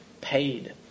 paid